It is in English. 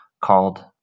called